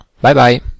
Bye-bye